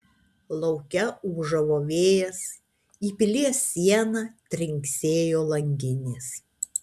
lauke ūžavo vėjas į pilies sieną trinksėjo langinės